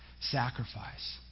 sacrifice